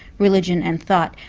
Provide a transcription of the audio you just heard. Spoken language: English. religion and thought,